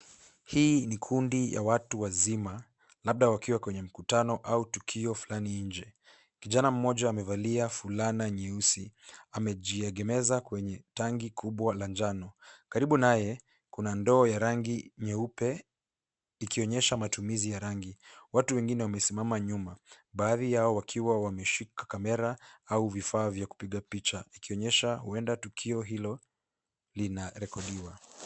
Hii ni kundi ya watu wazima labda wakiwa kwenye mkutano au tukio fulani nje. Kijana mmoja amevalia fulana nyeusi amejiegemeza kwenye tanki kubwa la njano. Karibu naye kuna ndoo ya rangi nyeupe ikionyesha matumizi ya rangi. Watu wengine wamesimama nyuma baadhi yao wakiwa wameshika kamera au vifaa vya kupiga picha ikionyesha huenda tukio hilo linarekodiwa.